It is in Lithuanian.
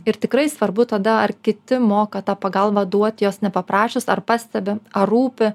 ir tikrai svarbu tada ar kiti moka tą pagalbą duoti jos nepaprašius ar pastebi ar rūpi